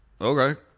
Okay